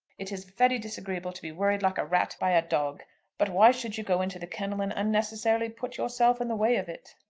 it is very disagreeable to be worried like a rat by a dog but why should you go into the kennel and unnecessarily put yourself in the way of it?